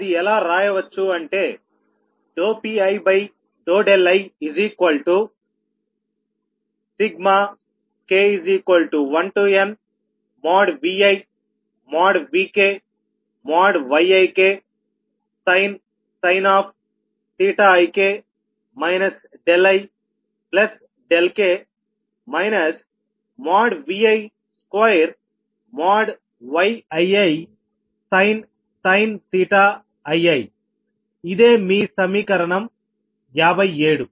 అది ఎలా రాయవచ్చు అంటే Piik1nViVkYiksin ik ik Vi2Yiisin ii ఇదే మీ సమీకరణం 57